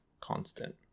constant